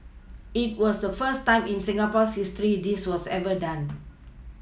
it was the first time in Singapore's history this was ever done